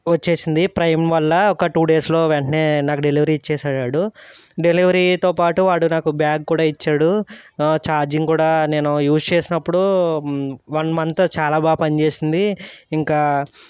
వచ్చేసింది ప్రైమ్ వల్ల ఒక టూ డేస్లో వెంటనే నాకు డెలివరీ ఇచ్చేసాడు వాడు డెలివరీతో పాటు వాడు నాకు బ్యాగ్ కూడా ఇచ్చాడు చార్జింగ్ కూడా నేను యూజ్ చేసినప్పుడూ వన్ మంత్ చాలా బాగా పనిచేసింది ఇంకా